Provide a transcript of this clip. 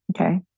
Okay